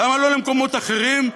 למה לא למקומות אחרים?